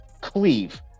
Cleve